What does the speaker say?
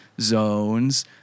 zones